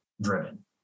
driven